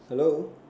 hello